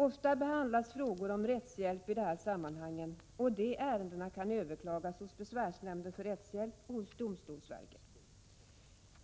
Ofta behandlas frågor om rättshjälp i de här sammanhangen, och dessa ärenden kan överklagas hos besvärsnämnden för rättshjälp och hos domstolsverket.